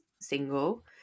single